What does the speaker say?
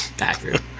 accurate